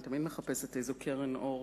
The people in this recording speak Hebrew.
אני תמיד מחפשת איזה קרן אור